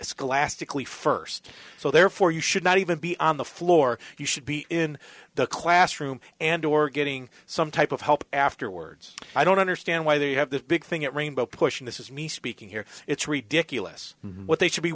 school last tickly first so therefore you should not even be on the floor you should be in the classroom and or getting some type of help afterwards i don't understand why they have this big thing at rainbow push in this is me speaking here it's ridiculous what they should be